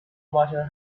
matter